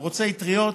הוא רוצה אטריות,